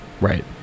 right